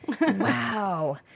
Wow